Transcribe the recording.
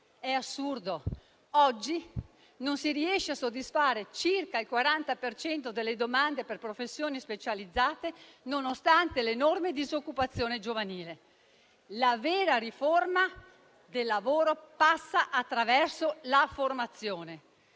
È assurdo: oggi non si riesce a soddisfare circa il 40 per cento delle domande per professioni specializzate, nonostante l'enorme disoccupazione giovanile. La vera riforma del lavoro passa attraverso la formazione: